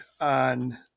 on